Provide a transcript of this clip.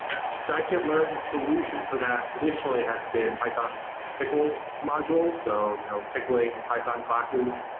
scikit-learn's solution for that traditionally has been python's pickle module. so you know pickling python classes.